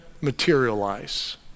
materialize